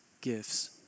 gifts